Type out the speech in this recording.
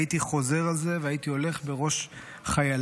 הייתי חוזר על זה והייתי הולך בראש חייליי.